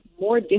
more